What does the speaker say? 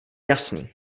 jasný